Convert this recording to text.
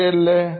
ശരിയല്ലേ